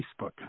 Facebook